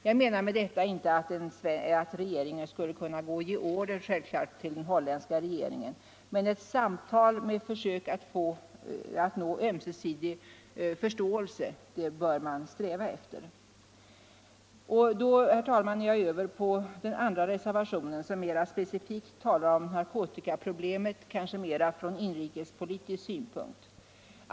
Jag menar med detta självfallet inte att regeringen skulle kunna ge några order till den holländska regeringen, men man bör sträva efter att få till stånd ett samtal i syfte att försöka nå ömsesidig förståelse. Därmed, herr talman, är jag inne på reservationen 2, som mera direkt tar upp narkotikaproblemet från inrikespolitisk synpunkt.